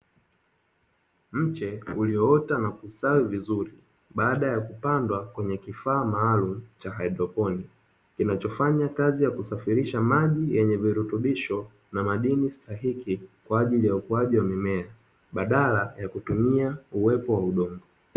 Mche ulioota na kustawi vizuri baada ya kupandwa kwenye kifaa maalumu cha haidroponi, kinachofanya kazi ya kusafirisha maji yenye virutubisho na madini stahiki, kwa ajili ukuaji wa mimea badala ya kutumia uwepo wa udongo.